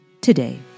today